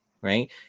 right